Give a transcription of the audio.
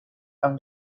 from